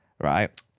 right